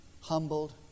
humbled